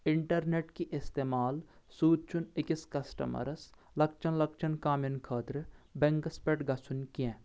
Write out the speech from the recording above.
internet کہِ استعمال سۭتۍ چھُنہٕ أکِس کسٹمرس لۄکچٮ۪ن لۄکچٮ۪ن کامین خٲطرٕ بیٚنٛکس پٮ۪ٹھ گژھُن کینٛہہ